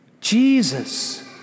Jesus